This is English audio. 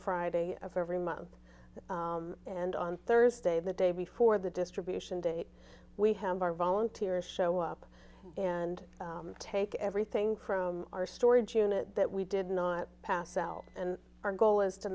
friday of every month and on thursday the day before the distribution date we have our volunteers show up and take everything from our storage unit that we did not pass out and our goal is to